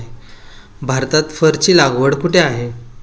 भारतात फरची लागवड कुठे आहे?